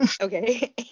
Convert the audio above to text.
Okay